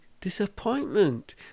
disappointment